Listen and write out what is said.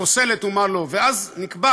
פוסלת ומה לא, ואז נקבע